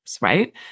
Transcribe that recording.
Right